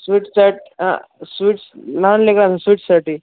sweet chat हं sweets स्विटसाठी